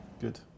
Good